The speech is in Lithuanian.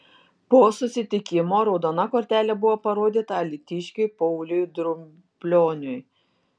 po susitikimo raudona kortelė buvo parodyta alytiškiui pauliui drublioniui